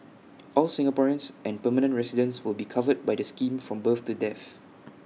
all Singaporeans and permanent residents will be covered by the scheme from birth to death